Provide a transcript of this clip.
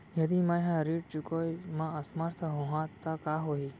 यदि मैं ह ऋण चुकोय म असमर्थ होहा त का होही?